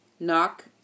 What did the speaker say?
Knock